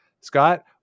Scott